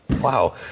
Wow